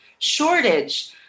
shortage